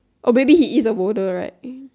oh maybe he is a boulder right